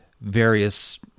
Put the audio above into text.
various